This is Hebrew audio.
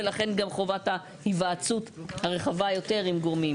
ולכן גם חובת ההיוועצות הרחבה יותר עם גורמים.